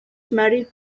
married